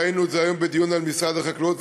ראינו את זה היום בדיון על משרד החקלאות,